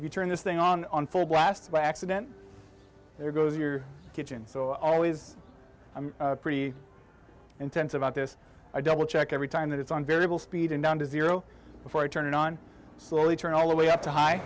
you turn this thing on on full blast by accident there goes your so i always pretty intense about this i double check every time that it's on variable speed and down to zero before i turn it on slowly turn all the way up to high